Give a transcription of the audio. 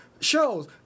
shows